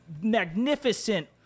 magnificent